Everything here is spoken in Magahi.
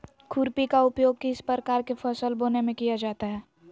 खुरपी का उपयोग किस प्रकार के फसल बोने में किया जाता है?